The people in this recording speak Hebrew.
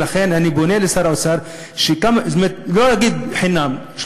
ולכן אני פונה לשר האוצר: לא להגיד חינם,